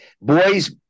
boys